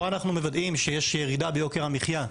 פה אנחנו מוודאים שיש ירידה ביוקר המחיה,